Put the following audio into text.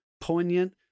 poignant